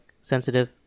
sensitive